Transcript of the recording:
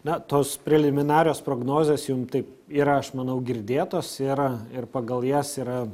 na tos preliminarios prognozės jum taip yra aš manau girdėtos ir ir pagal jas yra